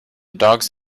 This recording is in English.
dogs